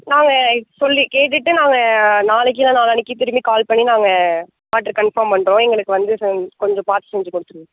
நாங்கள் சொல்லி கேட்டுவிட்டு நாங்கள் நாளைக்கு இல்லை நாளான்னிக்கி திரும்பி கால் பண்ணி நாங்கள் சார்ட்டு கன்ஃபார்ம் பண்ணுறோம் எங்களுக்கு வந்து ஃபோன் கொஞ்சம் பார்த்து செஞ்சு கொடுத்துருங்க